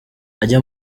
ajya